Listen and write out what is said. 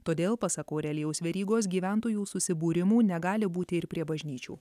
todėl pasak aurelijaus verygos gyventojų susibūrimų negali būti ir prie bažnyčių